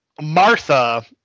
Martha